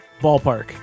Ballpark